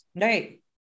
Right